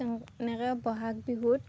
এনেকৈ বহাগ বিহুত